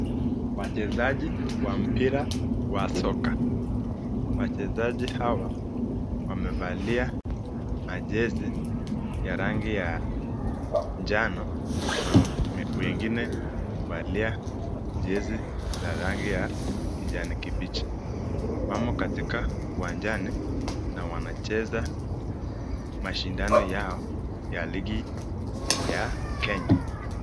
Wachezaji wa mpira wa soka. Wachezaji hawa wamevalia majezi ya rangi ya njano na wengine kuvalia jezi za rangi ya kijani kibichi. Wamo katika uwanjani na wanacheza mashindano yao, ya ligi ya Kenya.